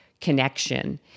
connection